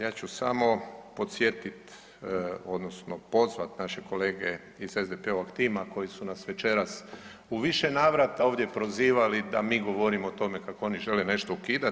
Ja ću samo podsjetit odnosno pozvat naše kolege iz SDP-ovog tima koji su nas večeras u više navrata ovdje prozivali da mi govorimo o tome kako oni žele nešto ukidati.